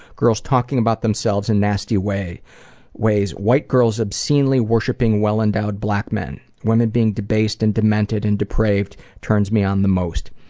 girls talking about themselves in nasty ways, white girls obscenely worshipping well-endowed black men. women being debased and demented and depraved turns me on the most.